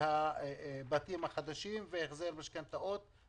והבתים החדשים והחזר משכנתאות.